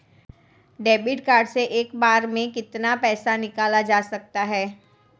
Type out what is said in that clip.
Debit card से एक बार में कितना पैसा निकाला जा सकता है?